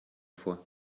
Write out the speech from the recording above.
vor